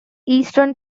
eastern